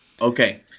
Okay